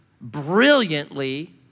brilliantly